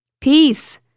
peace